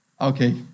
Okay